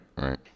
right